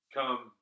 Come